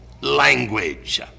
language